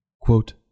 Quote